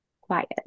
quiet